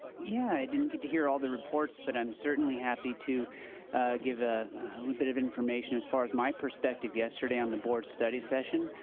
yeah, i didn't get to hear all of the reports but i'm certainly happy to give a little bit of information as far as my perspective yesterday on the board study session.